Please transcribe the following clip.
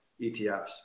ETFs